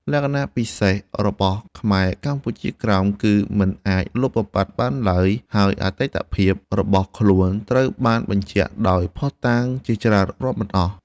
លក្ខណះពិសេសរបស់ខ្មែរកម្ពុជាក្រោម គឺមិនអាចលុបបំបាត់បានឡើយ ហើយអតីតភាពរបស់ខ្លួនត្រូវបានបញ្ជាក់ដោយភស្តុតាងជាច្រើនរាប់មិនអស់ ។